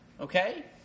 Okay